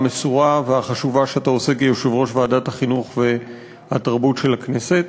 המסורה והחשובה שאתה עושה כיושב-ראש ועדת החינוך והתרבות של הכנסת.